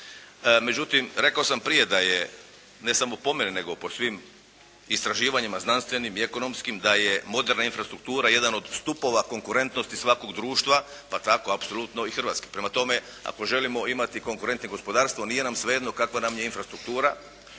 Međutim, rekao sam prije da je ne samo po meni, nego po svim istraživanjima znanstvenim i ekonomskim da je moderna infrastruktura jedan od stupova …/Govornik se ne razumije./… društva, pa tako apsolutno i Hrvatske. Prema tome, ako želimo imati konkurentnije gospodarstvo nije nam svejedno kakva nam je infrastruktura